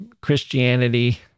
Christianity